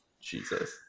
Jesus